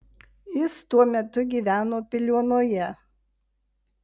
jis tuo metu gyveno piliuonoje